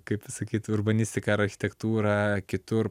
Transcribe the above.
kaip pasakyt urbanistika ar architektūra kitur